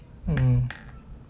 mm